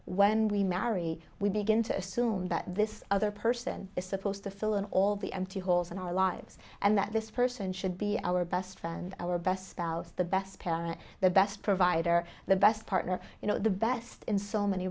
when we marry we begin to assume that this other person is supposed to fill in all the empty holes in our lives and that this person should be our best friend our best spouse the best parent the best provider the best partner you know the best in so many